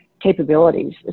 capabilities